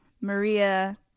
Maria